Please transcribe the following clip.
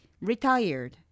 retired